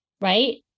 right